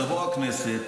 תבוא הכנסת,